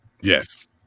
Yes